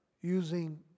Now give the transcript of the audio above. using